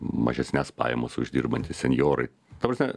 mažesnes pajamas uždirbantys senjorai ta prasme